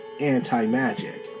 anti-magic